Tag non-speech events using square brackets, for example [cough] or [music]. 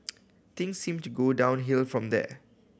[noise] things seemed to go downhill from there